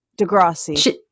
Degrassi